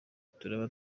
turaba